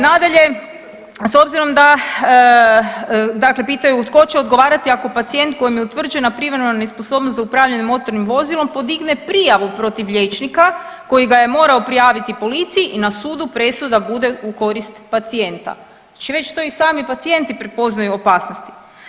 Nadalje, s obzirom da dakle pitaju tko će odgovarati ako pacijent kojem je utvrđena privremena nesposobnost za upravljanje motornim vozilom podigne prijavu protiv liječnika koji ga je morao prijaviti policiji i na sudu presuda bude u korist pacijenta, znači već tu i sami pacijenti prepoznaju opasnosti.